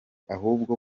ahubwo